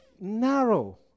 narrow